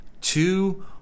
two